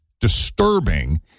disturbing